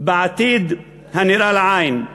בעתיד הנראה לעין.